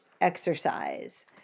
exercise